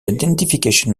identification